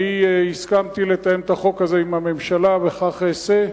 אני הסכמתי לתאם את החוק הזה עם הממשלה, וכך אעשה,